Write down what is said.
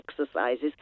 exercises